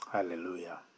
Hallelujah